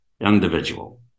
individual